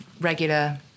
regular